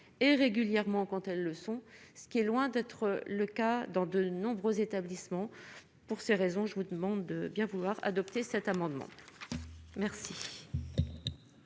et régulièrement quand elles le sont, ce qui est loin d'être le cas dans de nombreux établissements, pour ces raisons, je vous demande de bien vouloir adopter cet amendement. Merci.